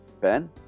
Ben